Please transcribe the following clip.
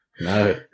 No